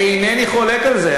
איני חולק על זה.